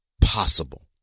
Possible